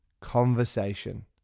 conversation